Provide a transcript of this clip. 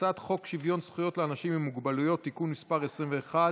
הצעת חוק שוויון זכויות לאנשים עם מוגבלות (תיקון מס' 21),